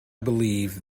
believe